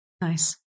Nice